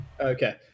okay